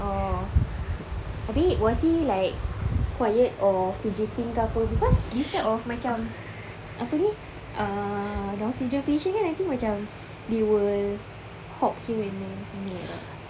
oh abeh was he like quiet or fidgeting ke apa because the effect of macam apa ini err down syndrome patient kan nanti macam they will hop here something like that